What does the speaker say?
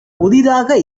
புதிதாக